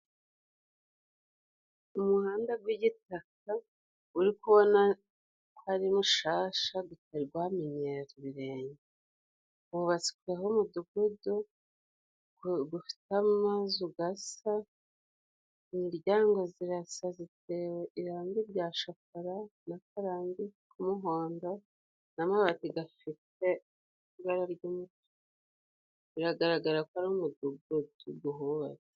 Umuhanda gw'igitaka uri kubona ko ari mushasha gutari gwamenyereza ibirenge, wubatsweho umudugudu gufite amazu gasa, imiryango zirasa zitewe irange rya shokora n'akarange k'umuhondo n'amabati gafite ibara ry'umutuku, biragaragara ko ari umudugudu guhubatse.